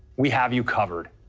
we have you covered.